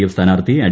F സ്ഥാനാർത്ഥി അഡ